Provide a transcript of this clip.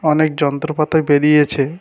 অনেক যন্ত্রপাতি বেরিয়েছে